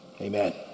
Amen